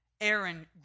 Aaron